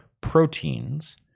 proteins